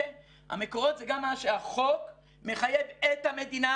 המקורות זה גם מה שהחוק מחייב את המדינה,